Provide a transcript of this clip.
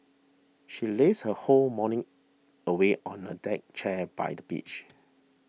she lazed her whole morning away on a deck chair by the beach